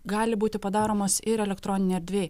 gali būti padaromos ir elektroninėj erdvėj